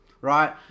right